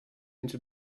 into